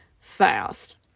fast